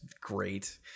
great